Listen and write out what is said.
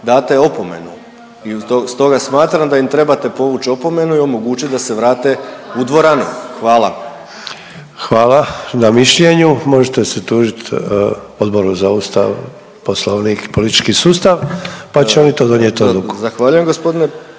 date opomenu. I stoga smatram da im trebate povući opomenu i omogućit da se vrate u dvoranu. Hvala. **Sanader, Ante (HDZ)** Hvala na mišljenju. Možete se tužit Odboru za Ustav, Poslovnik i politički sustav pa će oni to donijeti odluku. …/Upadica Arsen